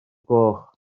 gloch